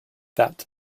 that